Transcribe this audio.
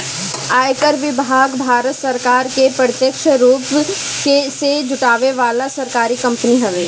आयकर विभाग भारत सरकार के प्रत्यक्ष रूप से कर जुटावे वाला सरकारी कंपनी हवे